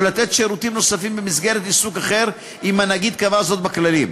או לתת שירותים נוספים במסגרת עיסוק אחר אם הנגיד קבע זאת בכללים.